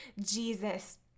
Jesus